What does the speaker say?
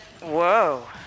whoa